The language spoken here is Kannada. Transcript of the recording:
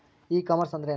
ಇ ಕಾಮರ್ಸ್ ಅಂದ್ರೇನು?